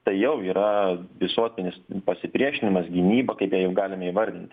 tai jau yra visuotinis pasipriešinimas gynyba kaip ją jau galime įvardinti